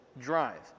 drive